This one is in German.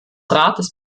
rates